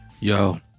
yo